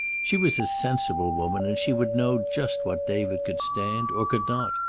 she was a sensible woman, and she would know just what david could stand, or could not.